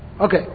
Okay